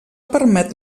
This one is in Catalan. permet